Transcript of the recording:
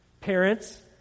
parents